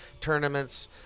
tournaments